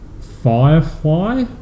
Firefly